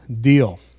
deal